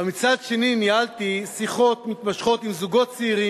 אבל מצד שני ניהלתי שיחות מתמשכות עם זוגות צעירים,